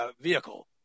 vehicle